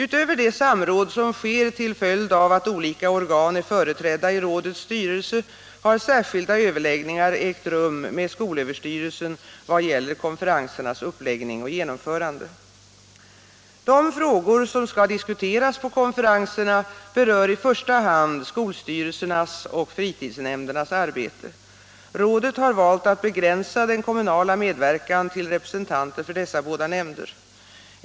Utöver det samråd som sker till följd av att olika organ är företrädda i rådets styrelse har särskilda överläggningar ägt rum med skolöverstyrelsen vad gäller konferensernas uppläggning och genomförande. De frågor som skall diskuteras på konferenserna berör i första hand skolstyrelsernas och fritidsnämndernas arbete. Rådet har valt att begränsa den kommunala medverkan till representanter för dessa båda nämnder.